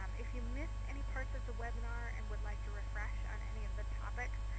um if you missed any parts of the webinar and would like to refresh on any of the topics,